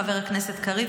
חבר הכנסת קריב,